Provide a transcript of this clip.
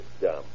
dumb